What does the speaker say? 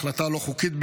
ההחלטה לא חוקית,